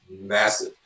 massive